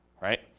right